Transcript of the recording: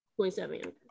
27